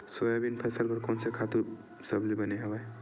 Soybean फसल बर कोन से खातु सबले बने हवय?